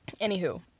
Anywho